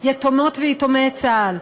יתומות ויתומי צה"ל,